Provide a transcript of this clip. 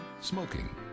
Smoking